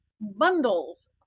bundles